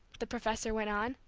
the professor went on,